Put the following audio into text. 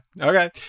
okay